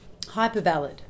Hypervalid